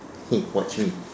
hey watch me